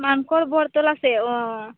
ᱢᱟᱱᱠᱚᱨ ᱵᱚᱲ ᱛᱚᱞᱟᱥᱮᱫ ᱚᱻ